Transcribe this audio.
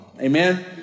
Amen